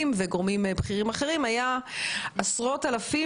וגורמים בכירים אחרים היה עשרות אלפים,